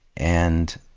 and,